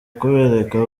kubereka